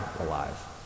alive